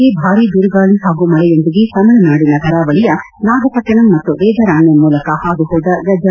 ಇಂದು ಬೆಳಗ್ಲೆ ಭಾರಿ ಬಿರುಗಾಳಿ ಹಾಗೂ ಮಳೆಯೊಂದಿಗೆ ತಮಿಳುನಾಡಿನ ಕರಾವಳಿಯ ನಾಗಪಟ್ಟಣಂ ಮತ್ತು ವೇದರಾಣ್ಯಂ ಮೂಲಕ ಹಾದುಹೋದ ಗಜಾ ಚಂಡಮಾರುತ